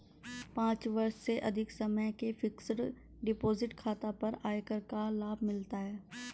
पाँच वर्ष से अधिक समय के फ़िक्स्ड डिपॉज़िट खाता पर आयकर का लाभ मिलता है